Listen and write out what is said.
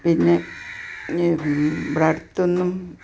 പിന്നെ ഇങ്ങ് ഇവിടെ അടുത്തൊന്നും